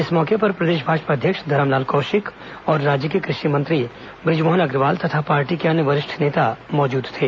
इस मौके पर प्रदेश भाजपा अध्यक्ष धरमलाल कौशिक और राज्य के कृषि मंत्री ब्रजमोहन अग्रवाल तथा पार्टी के अन्य वरिष्ठ नेता मौजूद थे